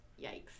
yikes